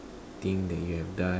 thing that you have done